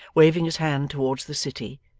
waving his hand towards the city.